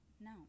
No